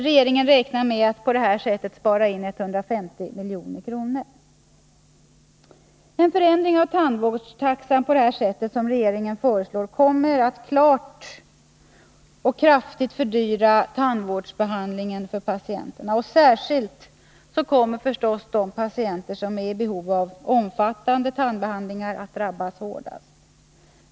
Regeringen räknar med att på detta sätt spara 150 milj.kr. | En förändring av tandvårdstaxan på det sätt som regeringen föreslår kommer helt klart att kraftigt fördyra tandvårdsbehandlingen för patienterna. Särskilt Härt kommer förstås de patienter sa är i BEHOV a Omfattande Besparingar i tandbehandlingar att drabbas.